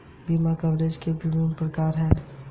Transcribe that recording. बीमा कवरेज के विभिन्न प्रकार क्या हैं?